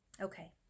Okay